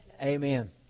Amen